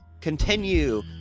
continue